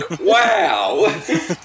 wow